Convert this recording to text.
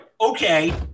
Okay